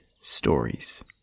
stories